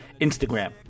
Instagram